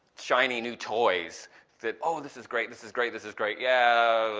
shiny new toys that, oh! this is great, this is great this is great, yeah.